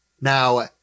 Now